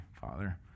Father